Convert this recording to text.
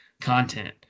content